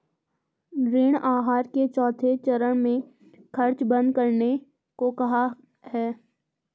ऋण आहार के चौथे चरण में खर्च बंद करने को कहा है